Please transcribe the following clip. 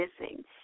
missing